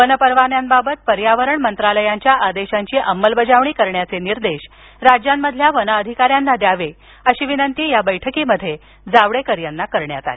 वनपरवान्यांबाबत पर्यावरण मंत्रालयांच्या आदेशांची अंमलबजावणी करण्याचे निर्देश राज्यामधील वन अधिकाऱ्याना द्यावे अशी विनंती या बैठकीत जावडेकर यांना करण्यात आली